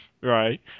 Right